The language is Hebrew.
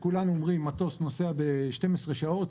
כולנו אומרים, מטוס נוסע ב-12 שעות.